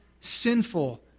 sinful